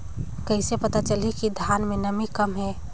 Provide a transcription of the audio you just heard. कइसे पता चलही कि धान मे नमी कम हे?